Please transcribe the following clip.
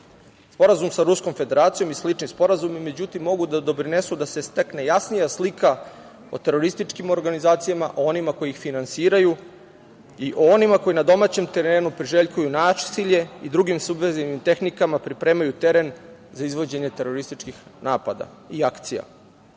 zemlje. Sporazum sa Ruskom Federacijom i slični sporazumi, međutim, mogu da doprinesu da se stekne jasnija slika o terorističkim organizacijama, o onima koji ih finansiraju i o onima koji na domaćem terenu priželjkuju nasilje i drugim subverzivnim tehnikama pripremaju teren za izvođenje terorističkih napada i akcija. Moram